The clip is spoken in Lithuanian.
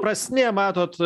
prasmė matot